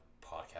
podcast